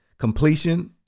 completion